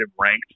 ranked